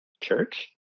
church